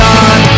on